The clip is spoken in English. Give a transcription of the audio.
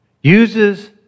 uses